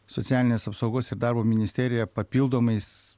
socialinės apsaugos ir darbo ministerija papildomais